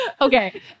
Okay